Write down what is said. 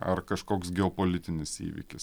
ar kažkoks geopolitinis įvykis